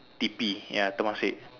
T_P ya Temasek